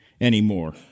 anymore